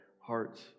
hearts